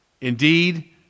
indeed